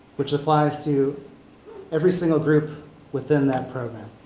which applies to every single group within that program.